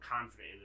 confident